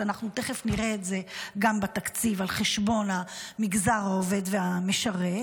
ואנחנו תכף נראה את זה גם בתקציב על חשבון המגזר העובד והמשרת.